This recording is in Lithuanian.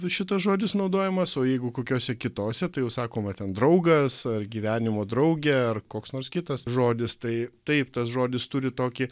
šitas žodis naudojamas o jeigu kokiose kitose tai jau sakoma ten draugas ar gyvenimo draugė ar koks nors kitas žodis tai taip tas žodis turi tokį